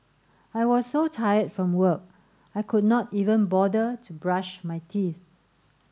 I was so tired from work I could not even bother to brush my teeth